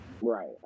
Right